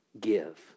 give